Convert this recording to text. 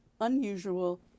unusual